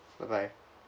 bye bye